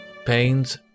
Pains